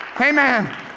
amen